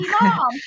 mom